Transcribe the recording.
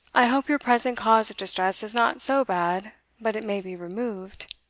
i hope your present cause of distress is not so bad but it may be removed.